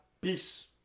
peace